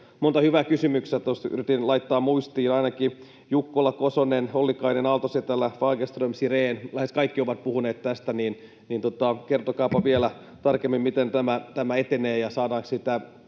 monta hyvää kysymystä. Tuossa yritin laittaa muistiin — ainakin Jukkola, Kosonen, Ollikainen, Aalto-Setälä, Fagerström ja Sirén, lähes kaikki, ovat puhuneet tästä. Kertokaapa vielä tarkemmin, miten tämä etenee ja saadaanko se